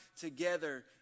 together